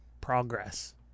Progress